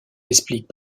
explique